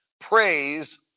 Praise